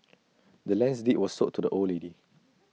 the land's deed was sold to the old lady